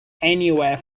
anywhere